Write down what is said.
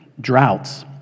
droughts